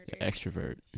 Extrovert